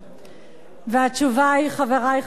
והתשובה היא, חברי חברי הכנסת,